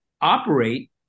operate